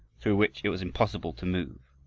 through which it was impossible to move.